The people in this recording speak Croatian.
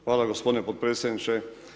Hvala gospodine podpredsjedniče.